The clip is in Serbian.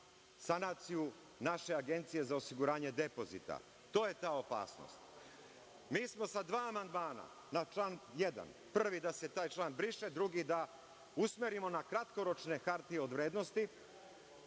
sanaciju naše Agencije za osiguranje depozita. To je ta opasnost. Mi smo sa dva amandmana na član 1, prvi – da se taj član briše, drugi – da usmerimo na kratkoročne hartije od vrednosti